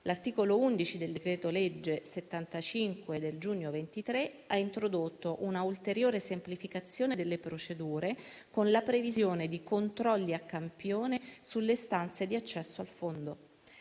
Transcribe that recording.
l'articolo 11 del decreto-legge n. 75 del giugno 2023 ha introdotto una ulteriore semplificazione delle procedure con la previsione di controlli a campione sulle istanze di accesso al fondo.